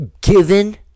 given